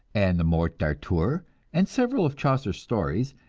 and the morte d'arthur, and several of chaucer's stories,